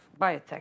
biotech